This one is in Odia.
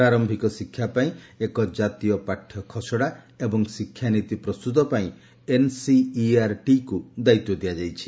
ପ୍ରାର ଶିକ୍ଷା ପାଇଁ ଏକ ଜାତୀୟ ପାଠ୍ୟଖସଡ଼ା ଏବଂ ଶିକ୍ଷାନୀତି ପ୍ରସ୍ତତ ପାଇଁ ଏନ୍ସିଇଆର୍ଟିକୁ ଦାୟିତ୍ୱ ଦିଆଯାଇଛି